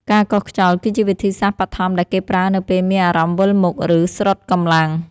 ការកោសខ្យល់គឺជាវិធីសាស្ត្របឋមដែលគេប្រើនៅពេលមានអារម្មណ៍វិលមុខ ឬស្រុតកម្លាំង។